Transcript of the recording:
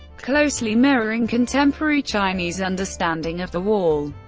closely mirroring contemporary chinese understanding of the wall,